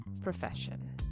profession